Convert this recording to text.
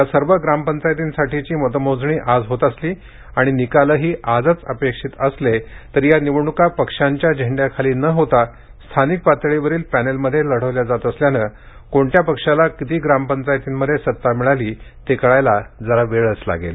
या सर्व ग्रामपचायतींसाठीची मतमोजणी आज होत असली आणि निकालही आजच अपेक्षित असले तरी या निवडणुका पक्षांच्या झेंड्याखाली न होता स्थानिक पातळीवरील पॅनलमध्ये लढवल्या जात असल्याने कोणत्या पक्षाला किती ग्रामपंचायतींमध्ये सत्ता मिळाली ते कळायला जरा वेळच लागेल